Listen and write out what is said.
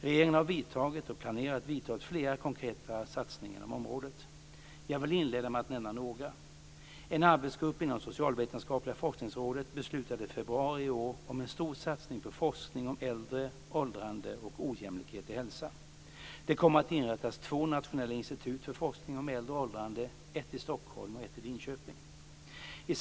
Regeringen har vidtagit och planerar att vidta ett flertal konkreta satsningar inom området. Jag vill inleda med att nämna några. En arbetsgrupp inom Socialvetenskapliga forskningsrådet beslutade i februari i år om en stor satsning på forskning om äldre, åldrande och ojämlikhet i hälsa. Det kommer att inrättas två nationella institut för forskning om äldre och åldrande, ett i Stockholm och ett i Linköping.